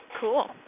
Cool